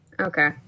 Okay